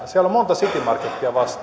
siellä on monta citymarketia